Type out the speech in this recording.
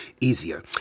easier